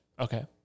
Okay